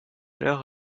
l’heure